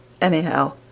Anyhow